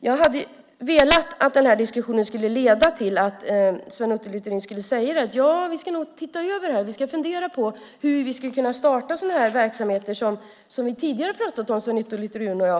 Jag hade velat att den här diskussionen skulle leda till att Sven Otto Littorin skulle säga: Vi ska nog titta över det här och fundera på hur vi ska kunna starta verksamheter. Det är sådant som vi tidigare talat om arbetsmarknadsminister Sven Otto Littorin och jag.